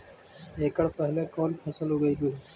एकड़ पहले कौन फसल उगएलू हा?